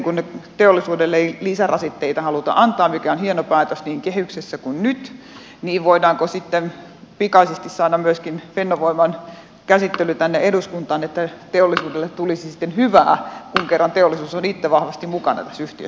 kun teollisuudelle ei lisärasitteita haluta antaa mikä on hieno päätös niin kehyksessä kuin nyt niin voidaanko sitten pikaisesti saada myöskin fennovoiman käsittely tänne eduskuntaan että teollisuudelle tulisi sitten hyvää kun kerran teollisuus on itse vahvasti mukana tässä yhtiössä